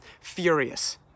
furious